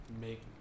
make